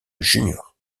junior